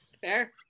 Fair